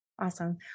Awesome